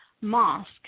Mosque